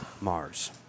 Mars